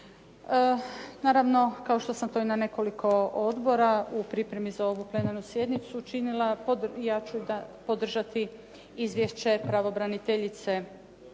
Naravno, kao što sam to i na nekoliko odbora u pripremi za ovu plenarnu sjednicu činila, ja ću podržati Izvješće pravobraniteljice